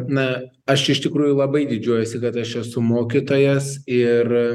na aš iš tikrųjų labai didžiuojuosi kad aš esu mokytojas ir